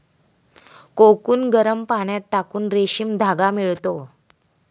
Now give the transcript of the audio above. cocoon गरम पाण्यात टाकून रेशीम धागा मिळतो